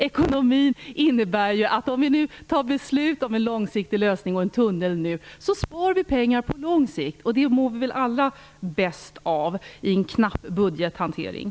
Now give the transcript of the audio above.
Ekonomiskt sett innebär det ju att vi spar pengar på lång sikt om vi nu fattar beslut om en långsiktig lösning och om en tunnel. Det mår vi väl alla bäst av med tanke på vår knappa budget?